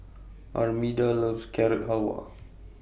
Armida loves Carrot Halwa